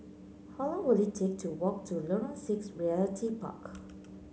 how long will it take to walk to Lorong Six Realty Park